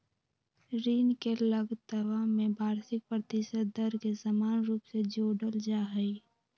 ऋण के लगतवा में वार्षिक प्रतिशत दर के समान रूप से जोडल जाहई